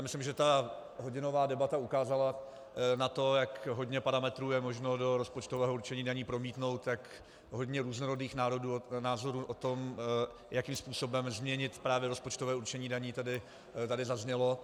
Myslím, že ta hodinová debata ukázala na to, jak hodně parametrů je možno do rozpočtového určení daní promítnout, jak hodně různorodých názorů o tom, jakým způsobem změnit právě rozpočtové určení daní, tady zaznělo.